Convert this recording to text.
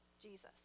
Jesus